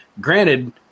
granted